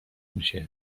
میشهبرو